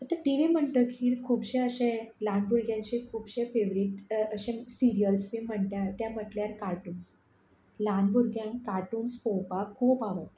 आतां TV म्हणटकीर खुबशे अशे ल्हान भुरग्यांचे खुबशे फेवरेट अशे सिरयल्स बी म्हणट्या त्या म्हटल्यार कार्टुन्स ल्हान भुरग्यांक काटुन्स पळोवपाक खूब आवड